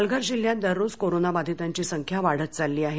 पालघर जिल्ह्यात दररोज कोरोना बधितांची संख्या वाढत चालली आहे